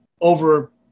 over